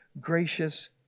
gracious